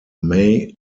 may